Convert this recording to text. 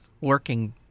Working